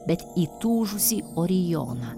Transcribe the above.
bet įtūžusį orijoną